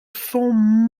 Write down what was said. son